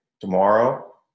tomorrow